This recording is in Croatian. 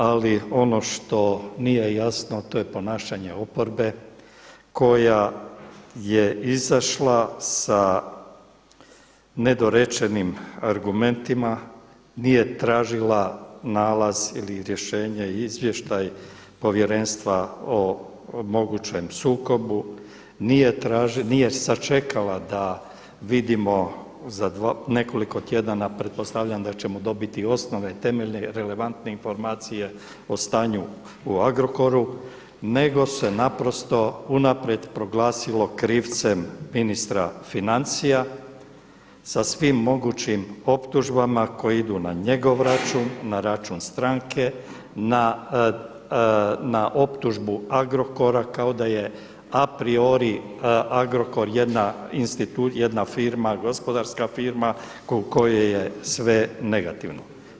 Ali ono što nije jasno a to je ponašanje oporbe koja je izašla sa nedorečenim argumentima, nije tražila nalaz ili rješenje, izvještaj povjerenstva o mogućem sukobu, nije sačekala da vidimo za nekoliko tjedana, pretpostavljam da ćemo dobiti osnovne, temeljne, relevantne informacije o stanju u Agrokoru nego se naprosto unaprijed proglasilo krivcem ministra financija sa svim mogućim optužbama koje idu na njegov račun, na račun stranke, na optužbu Agrokora kao da je a priori Agrokor jedna firma, gospodarska firma kod koje je sve negativno.